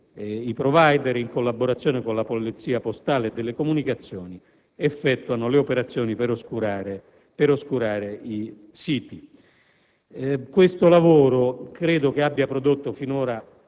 i *provider*, in collaborazione con la polizia postale e delle comunicazioni, effettuano le operazioni per oscurare i siti. Ritengo che questo lavoro abbia prodotto finora